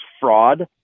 fraud